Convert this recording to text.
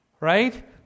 Right